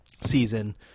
season